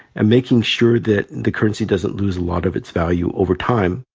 and making sure that the currency doesn't lose a lot of its value over time,